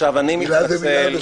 מילה זו מילה.